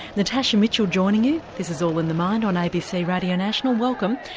natasha mitchell joining you, this is all in the mind on abc radio national welcome.